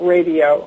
Radio